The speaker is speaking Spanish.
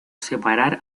separar